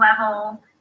level